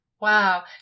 Wow